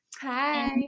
Hi